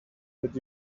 that